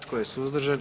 Tko je suzdržan?